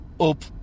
up